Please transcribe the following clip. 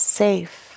safe